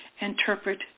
interpret